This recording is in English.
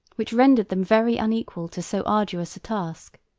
which rendered them very unequal to so arduous a task.